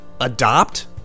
adopt